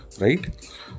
right